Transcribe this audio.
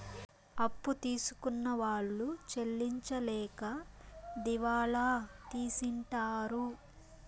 అప్పు తీసుకున్న వాళ్ళు చెల్లించలేక దివాళా తీసింటారు